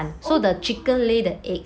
oh